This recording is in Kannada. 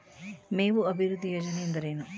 ಮೇವು ಅಭಿವೃದ್ಧಿ ಯೋಜನೆ ಎಂದರೇನು?